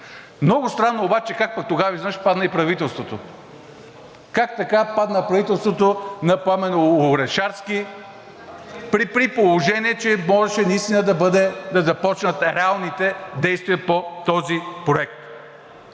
Много странно обаче как пък тогава изведнъж падна и правителството. Как така падна правителството на Пламен Орешарски, при положение че можеше наистина да започнат реалните действия по този проект.